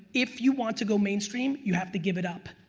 if you want to go mainstream, you have to give it up,